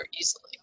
easily